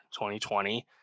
2020